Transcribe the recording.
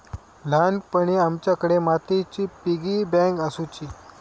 ल्हानपणी आमच्याकडे मातीची पिगी बँक आसुची